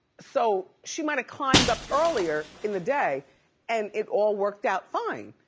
so she mighta climbed up earlier in the day and it all worked out fine.